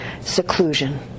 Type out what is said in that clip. Seclusion